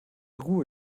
ruhe